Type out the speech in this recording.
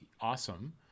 awesome